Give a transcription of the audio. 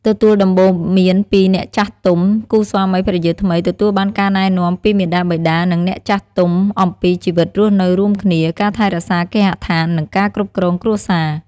ទទួលដំបូន្មានពីអ្នកចាស់ទុំ គូស្វាមីភរិយាថ្មីទទួលបានការណែនាំពីមាតាបិតា និងអ្នកចាស់ទុំអំពីជីវិតរស់នៅរួមគ្នា ការថែរក្សាគេហដ្ឋាន និងការ គ្រប់គ្រងគ្រួសារ។